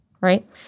right